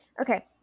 Okay